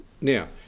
Now